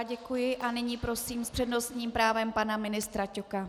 Děkuji a nyní prosím s přednostním právem pana ministra Ťoka.